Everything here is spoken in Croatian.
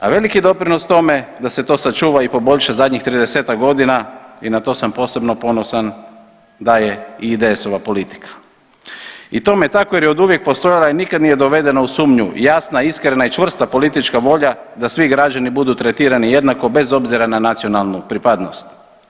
A veliki doprinos tome da se to sačuva i poboljša zadnjih 30-ak godina i na to sam posebno ponosan, daje i IDS-ova politika i tome tako jer je oduvijek postojala i nikada nije dovedena u sumnju jasna, iskrena i čvrsta politička volja da svi građani budu tretirani jednako bez obzira na nacionalnu pripadnost.